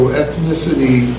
ethnicity